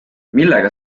millega